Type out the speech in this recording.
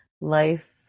life